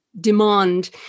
demand